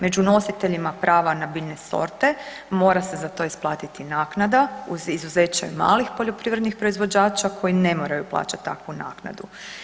Među nositeljima prava na biljne sorte, mora se za to isplatiti naknada uz izuzeće malih poljoprivrednih proizvođača koji ne moraju plaćat takvu naknadu.